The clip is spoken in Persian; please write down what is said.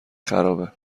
خرابه